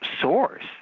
source